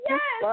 Yes